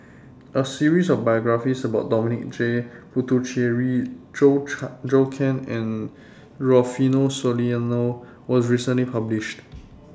A series of biographies about Dominic J Puthucheary Zhou Can and Rufino Soliano was recently published